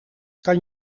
kan